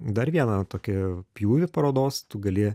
dar vieną tokį pjūvį parodos tu gali